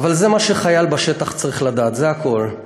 אבל זה מה שחייל בשטח צריך לדעת, זה הכול,